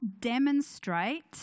demonstrate